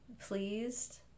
pleased